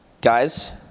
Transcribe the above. guys